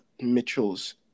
Mitchell's